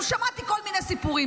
גם שמעתי כל מיני סיפורים.